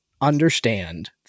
understand